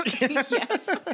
Yes